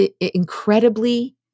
incredibly